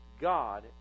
God